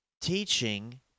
teaching